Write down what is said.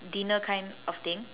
dinner kind of thing